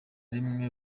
rimwe